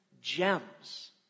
gems